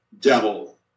devil